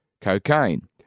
cocaine